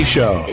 Show